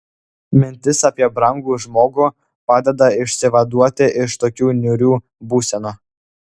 mintis apie brangų žmogų padeda išsivaduoti iš tokių niūrių būsenų